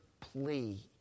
plea